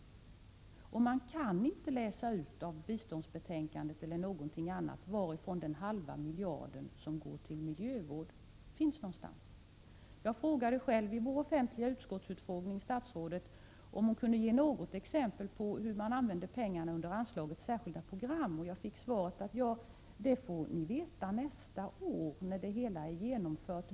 Man kan inte av biståndsbetänkandet eller någonting annat läsa ut var den halva miljard som går till miljövård finns någonstans. Jag frågade själv statsrådet i vår offentliga utskottsutfrågning om hon kunde ge något exempel på hur man använder pengarna under anslaget Särskilda program, och jag fick svaret: ”Det får ni veta nästa år, när det hela är genomfört.